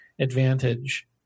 advantage